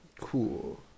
cool